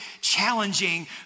challenging